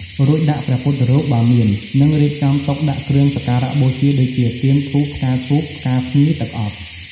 រួចដាក់ព្រះពុទ្ធរូប បើមាន និងរៀបចំតុដាក់គ្រឿងសក្ការៈបូជាដូចជា ទៀន ធូប ផ្កាឈូក ផ្កាភ្ញី ទឹកអប់។